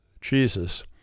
Jesus